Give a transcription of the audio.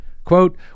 Quote